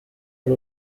ari